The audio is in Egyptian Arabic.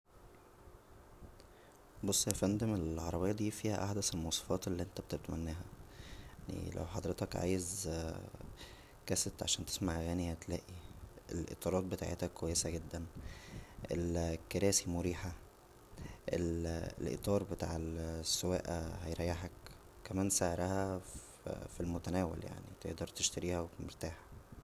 بص يا فندم العربيه دى فيها احدث المواصفات اللى انت بتتمناها يعنى لو حضرتك عايز كاسيت عشان تسمع اغانى هتلاقى الاطارات بتاعتها كويسه جدا الكراسى مريحه الاطار بتاع السواقه هيريحك كمان سعرها ف المتناول يعنى تقدر تشتريها و انت مرتاح